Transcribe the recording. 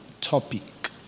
topic